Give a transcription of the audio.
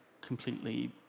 completely